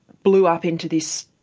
blew up into this